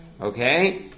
Okay